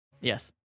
Yes